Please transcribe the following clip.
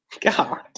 God